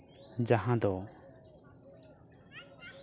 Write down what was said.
ᱡᱟᱦᱟᱸ ᱫᱚ